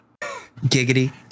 Giggity